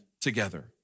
together